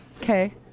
Okay